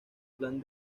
plan